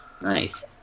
Nice